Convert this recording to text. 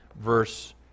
verse